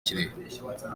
kirehe